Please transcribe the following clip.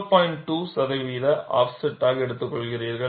2 சதவீத ஆஃப்செட்டாக எடுத்துக்கொள்கிறீர்கள்